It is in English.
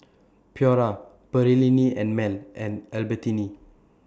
Pura Perllini and Mel and Albertini